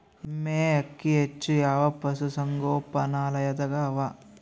ಎಮ್ಮೆ ಅಕ್ಕಿ ಹೆಚ್ಚು ಯಾವ ಪಶುಸಂಗೋಪನಾಲಯದಾಗ ಅವಾ?